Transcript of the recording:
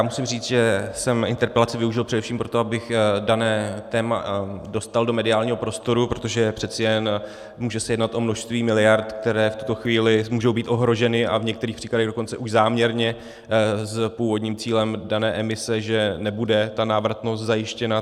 Musím říct, že jsem interpelaci využil především proto, abych dané téma dostal do mediálního prostoru, protože přeci jen se může jednat o množství miliard, které v tuto chvíli můžou být ohroženy, a v některých případech už dokonce záměrně s původním cílem dané emise, že nebude návratnost zajištěna.